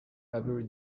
every